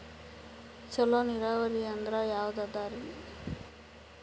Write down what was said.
ಚಲೋ ನೀರಾವರಿ ಅಂದ್ರ ಯಾವದದರಿ?